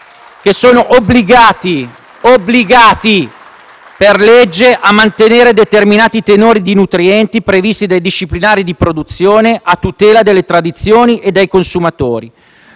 che sono obbligati per legge a mantenere determinati tenori di nutrienti, previsti dai disciplinari di produzione a tutela delle tradizioni e dei consumatori.